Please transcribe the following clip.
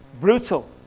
brutal